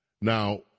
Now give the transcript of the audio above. Now